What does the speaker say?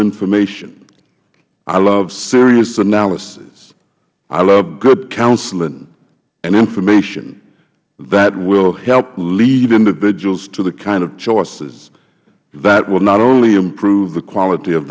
information i love serious analysis i love good counseling and information that will help lead individuals to the kind of choices that will not only improve the quality of